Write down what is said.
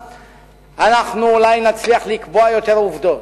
אנחנו אולי נצליח לקבוע יותר עובדות,